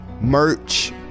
merch